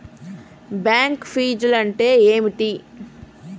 Bank ఫీజ్లు అంటే ఏమిటి?